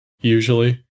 usually